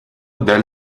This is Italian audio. del